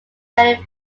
many